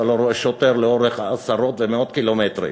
אתה לא רואה שוטר לאורך עשרות ומאות קילומטרים.